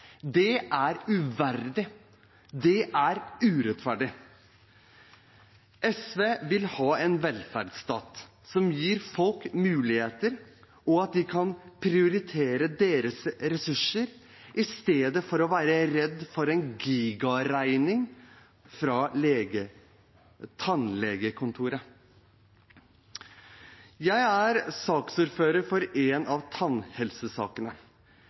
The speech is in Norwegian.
Det er uverdig, og det er urettferdig. SV vil ha en velferdsstat som gir folk muligheter, og at man kan prioritere ressursene i stedet for å være redd for en gigantregning fra tannlegekontoret. Jeg er saksordfører for en av tannhelsesakene.